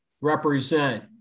represent